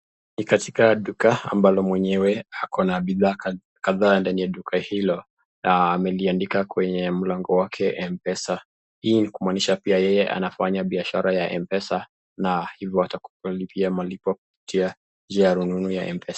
katika duka ambalo mwenyewe ako na bidhaa kadhaa ndani ya duka hilo. Na ameliandika kwenye mlango wake M-Pesa. Hii ni kumaanisha pia yeye anafanya biashara ya M-Pesa na hivyo atakupia malipo kupitia njia ya ununu ya M-Pesa.